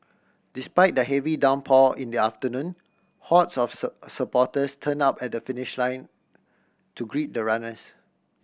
despite the heavy downpour in the afternoon hordes of supporters turned up at the finish line to greet the runners